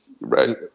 right